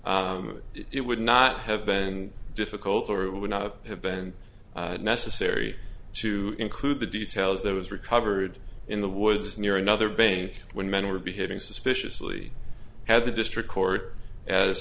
e it would not have been difficult or it would not have been necessary to include the details that was recovered in the woods near another bank when men were behaving suspiciously had the district court as